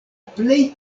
plej